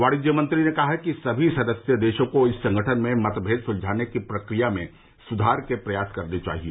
वाणिज्य मंत्री ने कहा कि सभी सदस्य देशों को इस संगठन में मतमेद सुलझाने की प्रक्रिया में सुधार के प्रयास करने चाहिए